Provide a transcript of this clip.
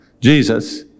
Jesus